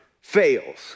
fails